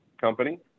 company